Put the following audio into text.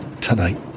Tonight